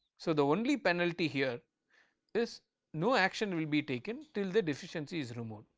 so, the only penalty here is no action will be taken till the deficiency is removed.